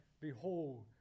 behold